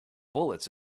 bullets